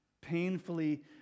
painfully